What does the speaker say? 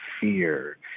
fear